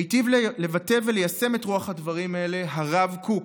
היטיב לבטא וליישם את רוח הדברים האלה הרב קוק,